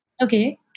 Okay